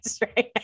right